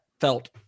felt